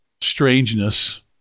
strangeness